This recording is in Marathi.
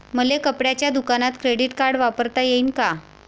मले कपड्याच्या दुकानात क्रेडिट कार्ड वापरता येईन का?